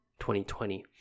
2020